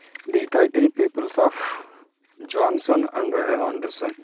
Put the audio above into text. the title peoples of johnson and anderson